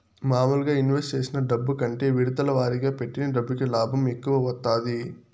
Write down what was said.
మాములుగా ఇన్వెస్ట్ చేసిన డబ్బు కంటే విడతల వారీగా పెట్టిన డబ్బుకి లాభం ఎక్కువ వత్తాది